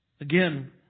Again